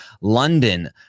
London